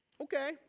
Okay